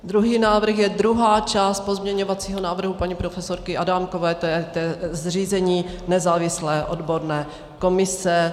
Druhý návrh je druhá část pozměňovacího návrhu paní profesorky Adámkové, to je zřízení nezávislé odborné komise.